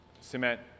cement